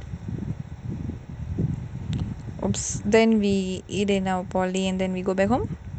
!oops! then we eat in our polytechnic and then we go back home